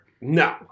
No